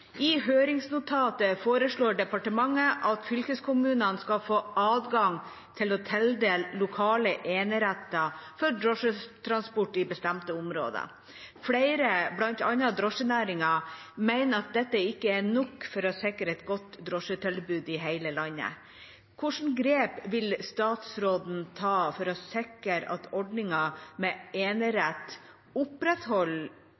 I høringsnotatet foreslår departementet at fylkeskommunene skal få adgang til å tildele lokale eneretter for drosjetransport i bestemte områder. Flere, bl.a. drosjenæringen, mener at dette ikke er nok for å sikre et godt drosjetilbud i hele landet. Hvilke grep vil statsråden ta for å sikre at ordningen med